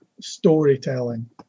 storytelling